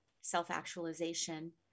self-actualization